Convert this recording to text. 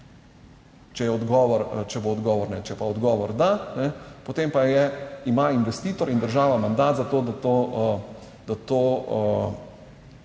če bo odgovor ne. Če je pa odgovor da ne, potem pa je, ima investitor in država mandat za to, da te